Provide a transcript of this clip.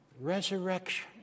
resurrection